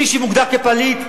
מי שמוגדר פליט,